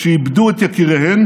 איבדו את יקיריהן